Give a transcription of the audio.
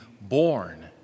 born